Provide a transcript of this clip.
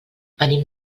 venim